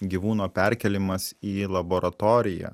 gyvūno perkėlimas į laboratoriją